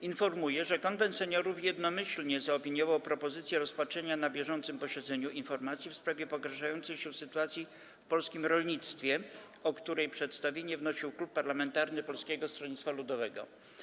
Informuję, że Konwent Seniorów jednomyślnie zaopiniował propozycję rozpatrzenia na bieżącym posiedzeniu informacji w sprawie pogarszającej się sytuacji w polskim rolnictwie, o której przedstawienie wnosił Klub Parlamentarny Polskiego Stronnictwa Ludowego.